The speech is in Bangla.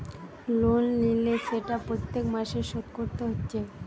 লোন লিলে সেটা প্রত্যেক মাসে শোধ কোরতে হচ্ছে